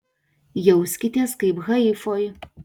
jauskitės kaip haifoj